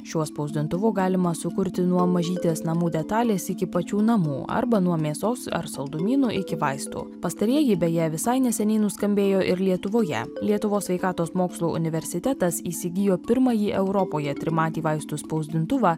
šiuo spausdintuvu galima sukurti nuo mažytės namų detalės iki pačių namų arba nuo mėsos ar saldumynų iki vaistų pastarieji beje visai neseniai nuskambėjo ir lietuvoje lietuvos sveikatos mokslų universitetas įsigijo pirmąjį europoje trimatį vaistų spausdintuvą